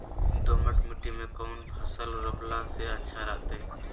दोमट मिट्टी में कौन फसल रोपला से अच्छा रहतय?